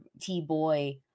T-boy